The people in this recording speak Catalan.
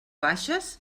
baixes